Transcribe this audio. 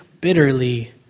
bitterly